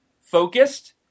focused